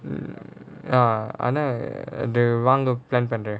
ya ஆனா அது வாங்க:aanaa athu vaanga plan பண்ற:pandra